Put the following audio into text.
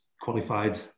qualified